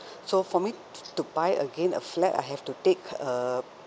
so for me to buy again a flat I have to take a